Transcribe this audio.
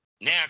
Now